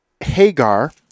Hagar